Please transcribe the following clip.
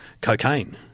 cocaine